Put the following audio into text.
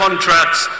Contracts